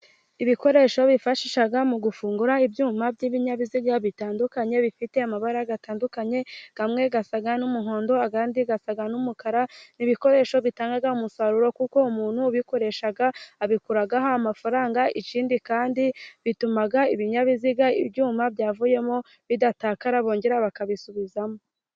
Ibikoresho bifashisha mu gufungura ibyuma by'ibinyabiziga bitandukanye, bifite amabara atandukanye amwe asa n'umuhondo ayandi asa n'umukara, ibikoresho bitanga umusaruro kuko umuntu ubikoresha abikuraho amafaranga, ikindi kandi bituma ibinyabiziga ibyuma byavuyemo bidatakara bongera bakabisubizamo.